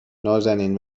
نازنین